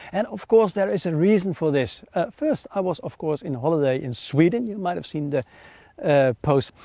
and of course there is a reason for this first. i was of course in a holiday in sweden you might have seen the post,